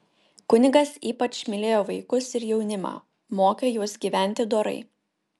kunigas ypač mylėjo vaikus ir jaunimą mokė juos gyventi dorai